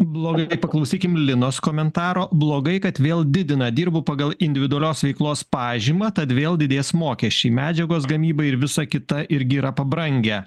blogai tai paklausykim linos komentaro blogai kad vėl didina dirbu pagal individualios veiklos pažymą tad vėl didės mokesčiai medžiagos gamybai ir visa kita irgi yra pabrangę